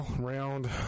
round